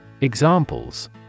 Examples